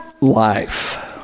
life